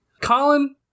Colin